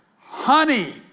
honey